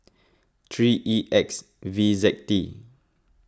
three E X V Z T